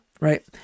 right